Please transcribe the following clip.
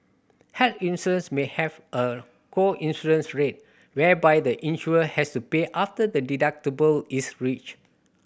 health may have a co insurance rate whereby the insured has to pay after the deductible is reached